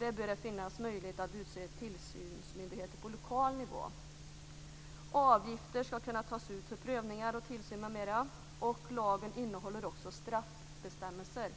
Där bör det finnas möjlighet att utse tillsynsmyndigheter på lokal nivå. Avgifter skall kunna tas ut för prövningar, tillsyn m.m. Lagen innehåller också straffbestämmelser.